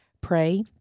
Pray